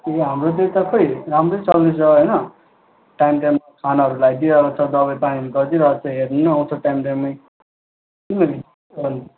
ए हाम्रो त्यो सबै राम्रै चल्दैछ होइन टाइम टाइममा खानाहरू ल्याइदिइहाल्छ दबाई पानीहरू गरिदिई रहेछ हेर्नु नि आउँछ टाइम टाइममै किन नि हजुर